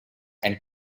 and